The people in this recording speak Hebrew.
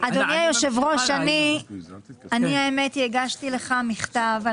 אדוני היושב ראש, אני הגשתי לך מכתב.